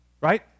Right